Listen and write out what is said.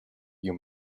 you